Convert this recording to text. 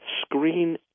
screen